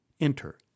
Enter